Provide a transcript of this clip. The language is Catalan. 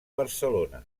barcelona